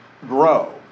grow